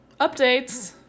updates